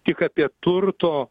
tik apie turto